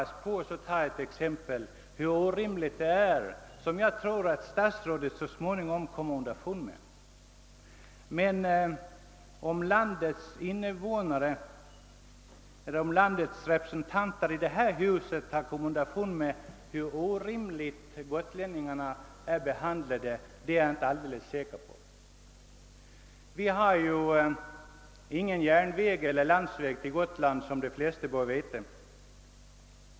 Här skall jag ta ett exempel på det orimliga i den nuvarande situationen, och jag tror att statsrådet så småningom skall komma underfund med detta. Jag är inte alldeles säker på att övriga landets representanter här i riksdagshuset har kommit underfund med hur orimligt gotlänningarna är behandlade. Vi har ju som de flesta bör veta ingen järnväg eller landsväg till Gotland.